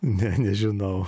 ne nežinau